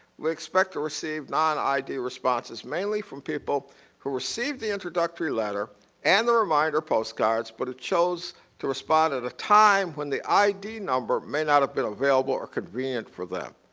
we expect to receive non-i d. responses mainly from people who receive the introductory letter and the reminder postcards but chose to respond at a time when the i d. number may not have been available or convenient for them